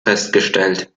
festgestellt